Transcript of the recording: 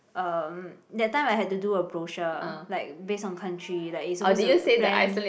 um that time I had to do a brochure like based on country like you suppose to plan